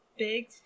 big